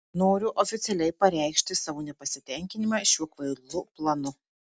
noriu oficialiai pareikšti savo nepasitenkinimą šiuo kvailu planu